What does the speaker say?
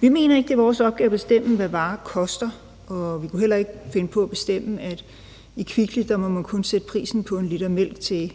Vi mener ikke, det er vores opgave at bestemme, hvad varer koster, og vi kunne heller ikke finde på at bestemme, at man i Kvickly kun må sætte prisen på 1 l mælk til